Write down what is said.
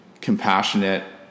compassionate